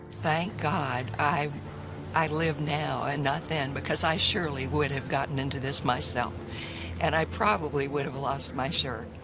thank god i i live now and not then because i surely would have gotten into this myself and i probably would have lost my shirt.